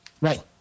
Right